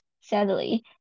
Sadly